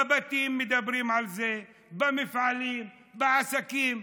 בבתים מדברים על זה, במפעלים, בעסקים: